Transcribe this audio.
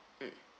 mm